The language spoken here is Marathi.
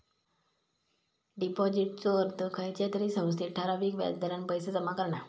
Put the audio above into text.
डिपाॅजिटचो अर्थ खयच्या तरी संस्थेत ठराविक व्याज दरान पैशे जमा करणा